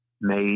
made